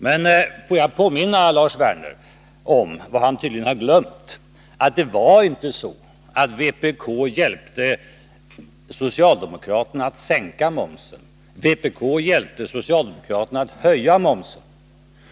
Men får jag påminna Lars Werner om vad han tydligen har glömt: att det inte var så att vpk hjälpte socialdemokraterna att sänka momsen, utan med att höja momsen.